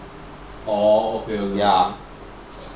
orh okay okay